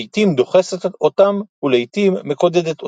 לעיתים דוחסת אותם ולעיתים מקודדת אותם.